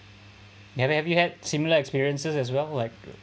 have you ever had similar experiences as well like